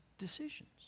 decisions